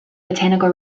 botanical